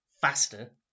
faster